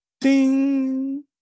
Ding